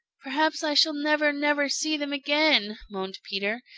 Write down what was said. perhaps i shall never, never see them again, moaned peter,